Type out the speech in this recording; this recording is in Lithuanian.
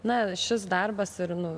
na šis darbas ir nu